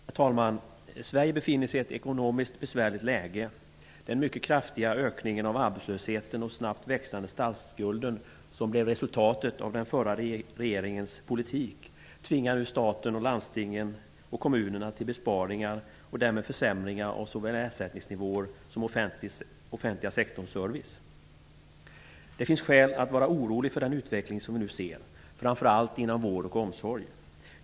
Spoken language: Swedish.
Herr talman! Sverige befinner sig i ett besvärligt ekonomiskt läge. Den mycket kraftiga ökningen av arbetslösheten och den ökade statsskulden som blev resultatet av den förra regeringens politik tvingar nu staten, landstingen och kommunerna till besparingar och därmed försämringar av såväl ersättningsnivåer som den offentliga sektorns service. Det finns skäl att vara orolig för den utveckling som vi nu ser framför allt inom vård och omsorg.